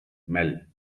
means